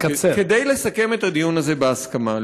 כדי לסכם את הדיון הזה בהסכמה,